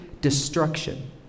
destruction